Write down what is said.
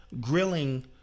grilling